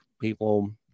people